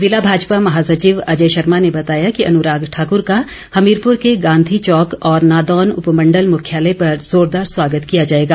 जिला भाजपा महासचिव अजय शर्मा ने बताया कि अनुराग ठाकुर का हमीरपुर के गांधी चौक और नादौन उपमण्डल मुख्यालय पर जोरदार स्वागत किया जाएगा